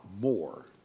more